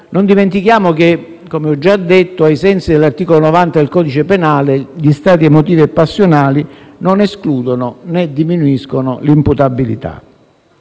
Non dimentichiamo che, come ho già detto, ai sensi dell'articolo 90 del codice penale, gli stati emotivi e passionali non escludono né diminuiscono l'imputabilità.